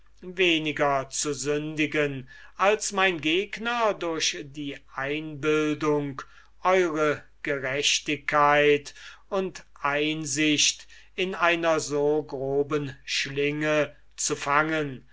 weniger zu sündigen als mein gegner durch die einbildung eure gerechtigkeit und einsicht in einer so groben schlinge zu fangen